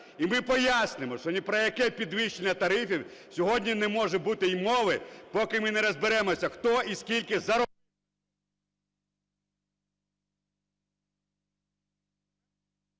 і ми пояснимо, що ні про яке підвищення тарифів сьогодні не може бути і мови, поки ми не розберемося, хто і скільки...